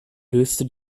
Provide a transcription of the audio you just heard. löste